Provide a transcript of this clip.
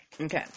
Okay